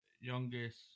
youngest